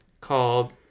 called